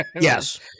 Yes